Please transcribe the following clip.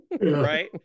right